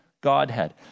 Godhead